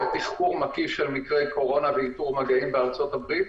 תחקור מקיף של מקרי קורונה ואיתור מגעים בארצות-הברית",